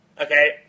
Okay